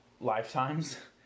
lifetimes